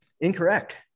Incorrect